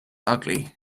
ugly